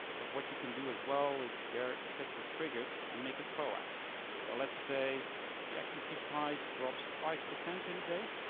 but what you can do as well is there set your triggers and make it proactive. so let's say the equity price drops five percent in a day.